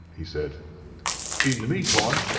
he said in the mean time,